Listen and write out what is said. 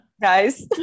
guys